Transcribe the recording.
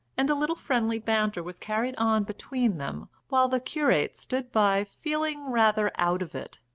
and a little friendly banter was carried on between them, while the curate stood by feeling rather out of it.